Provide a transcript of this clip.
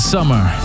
Summer